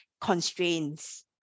constraints